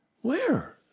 Where